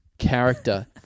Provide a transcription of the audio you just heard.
character